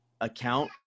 account